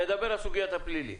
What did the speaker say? נדבר על סוגיית הפלילי.